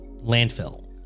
landfill